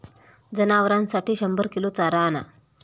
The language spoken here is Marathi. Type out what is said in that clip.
जनावरांसाठी शंभर किलो चारा आणा